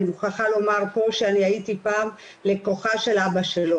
אני מוכרחה לומר פה שאני הייתי פעם לקוחה של אבא שלו,